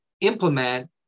implement